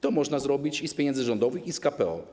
To można zrobić z pieniędzy rządowych i z KPO.